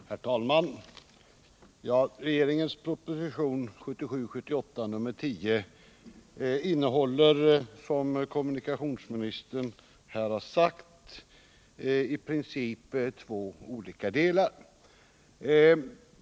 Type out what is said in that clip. Herr talman! Regeringens proposition 1977/78:10 innehåller, som kommunikationsministern här har sagt, i princip två olika delar.